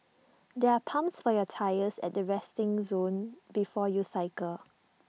there are pumps for your tyres at the resting zone before you cycle